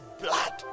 blood